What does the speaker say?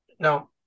now